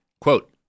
Quote